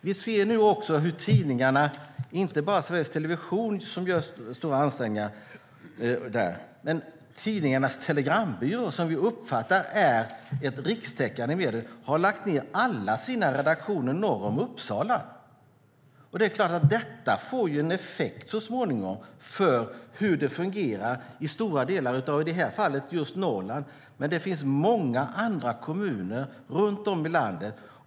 Vi ser att tidningarna och inte bara Sveriges Television gör stora ansträngningar där. Tidningarnas Telegrambyrå, som vi uppfattar är ett rikstäckande medium, har lagt ned alla sina redaktioner norr om Uppsala. Det är klart att det får en effekt så småningom på hur det fungerar i stora delar av i det här fallet just Norrland, och i många kommuner runt om i landet.